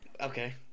okay